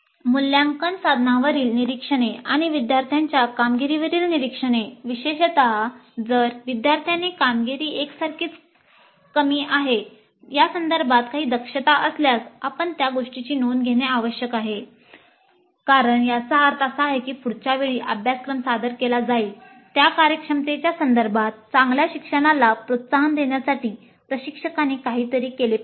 मूल्यांकन साधनांवरील निरीक्षणे आणि विद्यार्थ्यांच्या कामगिरीवरील निरीक्षणे विशेषतः जर विद्यार्थ्यांची कामगिरी एकसारखीच कमी आहेत या संदर्भात काही दक्षता असल्यास आपण त्या गोष्टीची नोंद घेणे आवश्यक आहे कारण याचा अर्थ असा आहे की पुढच्या वेळी अभ्यासक्रम सादर केला जाईल त्या कार्यक्षमतेच्या संदर्भात चांगल्या शिक्षणाला प्रोत्साहन देण्यासाठी प्रशिक्षकांनी काहीतरी केले पाहिजे